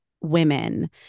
women